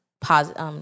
positive